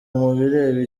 mubireba